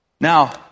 Now